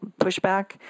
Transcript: pushback